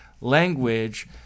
language